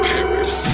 Paris